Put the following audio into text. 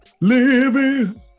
living